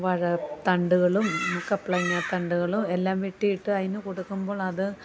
വാഴ തണ്ടുകളും കപ്ലങ്ങ തണ്ടുകളും എല്ലാം വെട്ടിയിട്ട് അതിന് കൊടുക്കുമ്പോൾ അത്